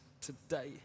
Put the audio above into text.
today